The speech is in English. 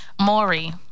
Maury